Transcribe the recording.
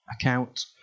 account